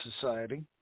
Society